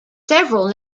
several